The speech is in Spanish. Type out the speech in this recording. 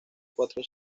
cuatro